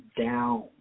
down